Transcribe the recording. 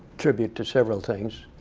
tribute to several things,